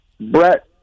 Brett